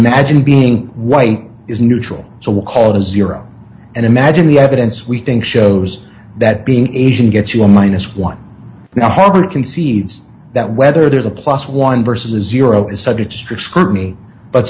imagine being white is neutral so we called a zero and imagine the evidence we think shows that being asian gets you a minus one now harvard concedes that whether there's a plus one versus zero is subject to strict scrutiny but